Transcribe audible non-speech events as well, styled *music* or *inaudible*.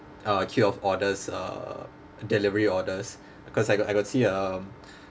uh queue of orders uh delivery orders because I got I got see um *breath*